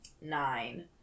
nine